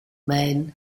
men